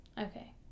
okay